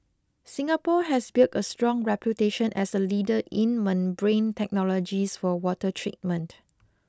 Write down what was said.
Singapore has built a strong reputation as a leader in membrane technologies for water treatment